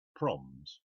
proms